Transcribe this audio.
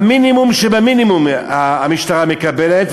המינימום שבמינימום המשטרה מקבלת.